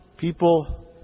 people